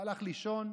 הלך לישון,